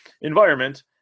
environment